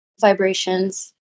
Vibrations